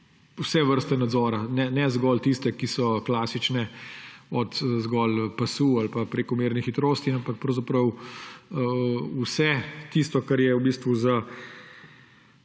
vse vrste nadzora, ne zgolj tistih, ki so klasični, od zgolj pasu do prekomerne hitrosti, ampak pravzaprav vse tisto, kar je v bistvu za